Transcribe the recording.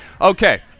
Okay